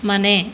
ಮನೆ